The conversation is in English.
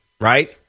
right